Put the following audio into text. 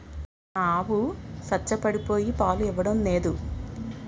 మా ఆవు సంచపడిపోయి పాలు ఇవ్వడం నేదు